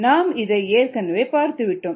நாம் இதை ஏற்கனவே பார்த்துவிட்டோம்